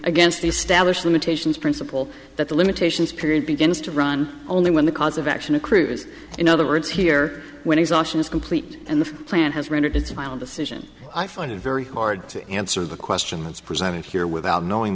against the establish limitations principle that the limitations period begins to run only when the cause of action accrues in other words here when exhaustion is complete and the plan has rendered its final decision i find it very hard to answer the questions presented here without knowing